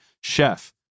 Chef